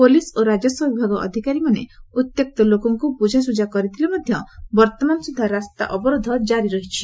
police ଓ ରାକସ୍ୱ ବିଭାଗ ଅଧିକାରୀମାନେ ଉତ୍ତ୍ୟକ୍ତ ଲୋକଙ୍କୁ ବୁଝାସୁଝା କରୁଥିଲେ ମଧ୍ଧ ବର୍ଉମାନ ସୁଛା ରାସ୍ତା ଅବରୋଧ ଜାରି ରହିଛି